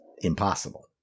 impossible